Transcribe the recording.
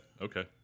Okay